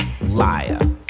liar